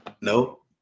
No